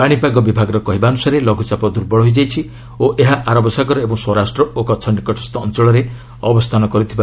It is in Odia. ପାଣିପାଗ ବିଭାଗର କହିବା ଅନୁସାରେ ଲଘୁଚାପ ଦୁର୍ବଳ ହୋଇଯାଇଛି ଓ ଏହା ଆରବ ସାଗର ଏବଂ ସୌରାଷ୍ଟ ଓ କଚ୍ଚ ନିକଟସ୍ଥ ଅଞ୍ଚଳରେ ଅବସ୍ଥାନ କରିଛି